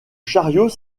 chariot